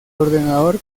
ordenador